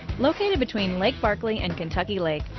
located between lake barkley and kentucky lake,